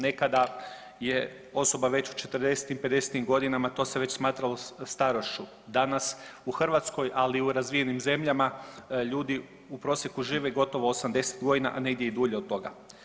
Nekada je osoba već u 40.-im, 50.-im godinama to se već smatralo starošću, danas u Hrvatskoj, ali i u razvijenim zemljama ljudi u prosjeku žive gotovo 80 godina, a negdje i dulje od toga.